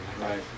Right